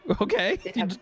Okay